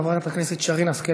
חברת הכנסת שרן השכל,